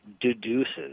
deduces